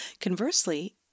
Conversely